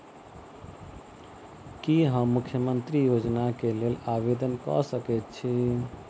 की हम मुख्यमंत्री योजना केँ लेल आवेदन कऽ सकैत छी?